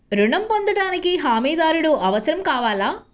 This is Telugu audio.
ఋణం పొందటానికి హమీదారుడు అవసరం కావాలా?